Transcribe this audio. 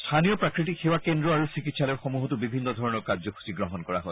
স্থানীয় প্ৰাকৃতিক সেৱা কেন্দ্ৰ আৰু চিকিৎসালয় সমূহতো বিভিন্ন ধৰণৰ কাৰ্যসূচী গ্ৰহণ কৰা হয়